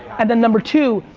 and then number two,